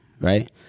right